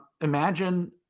imagine